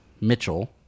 Mitchell